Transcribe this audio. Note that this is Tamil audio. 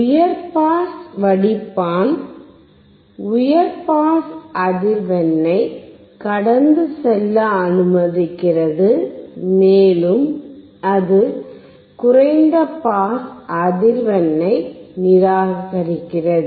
உயர் பாஸ் வடிப்பான் உயர் பாஸ் அதிர்வெண்ணை கடந்து செல்ல அனுமதிக்கிறது மேலும் அது குறைந்த பாஸ் அதிர்வெண்ணை நிராகரிக்கிறது